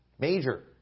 major